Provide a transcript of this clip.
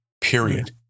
period